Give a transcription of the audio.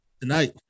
tonight